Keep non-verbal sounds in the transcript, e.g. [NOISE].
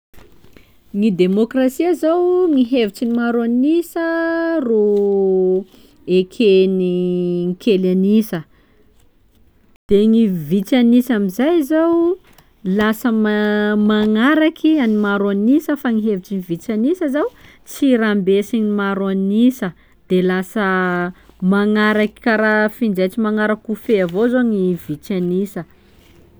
Gny demokrasia zao ny hevitsy ny maro an'isa roy [HESITATION] eken'ny [HESITATION] kely an'isa, de gny vitsy an'isa amzay zô lasa ma- magnaraky an'ny maro an'isa fa ny hevitsy gny vitsy an'isa zô tsy rambesin'ny maro an'isa de lasa magnaraky karaha finjaitsy magnara-kofehy avao zô gny vitsy an'isa.